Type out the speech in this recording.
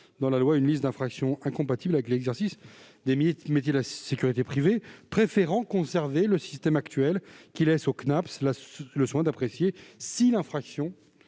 dans la loi une liste d'infractions incompatibles avec l'exercice des métiers de la sécurité privée. Elle a préféré conserver le système actuel, qui laisse au Cnaps le soin d'apprécier si l'infraction